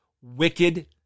wicked